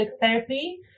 therapy